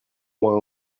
mois